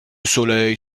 soleil